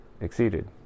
exceeded